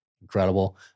incredible